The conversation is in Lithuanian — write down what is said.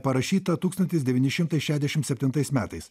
parašyta tūkstanti devynišimtai šešiasdešimt septintais metais